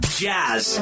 jazz